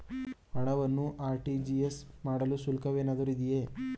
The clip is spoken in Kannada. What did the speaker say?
ಹಣವನ್ನು ಆರ್.ಟಿ.ಜಿ.ಎಸ್ ಮಾಡಲು ಶುಲ್ಕವೇನಾದರೂ ಇದೆಯೇ?